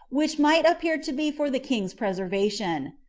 which might appear to be for the king's preservation.